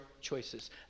choices